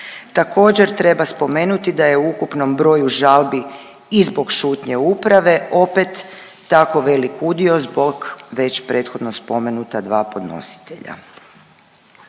Također treba spomenuti da je u ukupnom broju žalbi i zbog šutnje uprave opet tako velik udio zbog već prethodno spomenuta dva podnositelja.